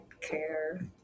care